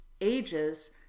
ages